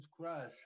crush